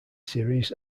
series